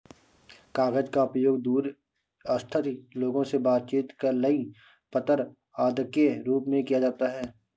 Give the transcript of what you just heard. कागज का उपयोग दूर स्थित लोगों से बातचीत के लिए पत्र आदि के रूप में किया जाता है